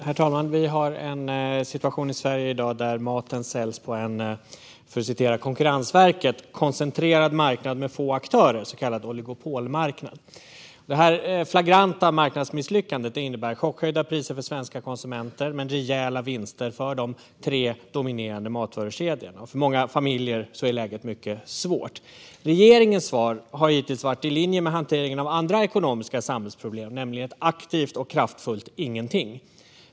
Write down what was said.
Herr talman! Vi har en situation i Sverige i dag där maten säljs på en, för att citera Konkurrensverket, "koncentrerad marknad med få aktörer, en så kallad oligopolmarknad". Detta flagranta marknadsmisslyckande innebär chockhöjda priser för svenska konsumenter men rejäla vinster för de tre dominerande matvarukedjorna. För många familjer är läget mycket svårt. Regeringens svar har hittills varit i linje med hanteringen av andra ekonomiska samhällsproblem, nämligen ett aktivt och kraftfullt ingenting.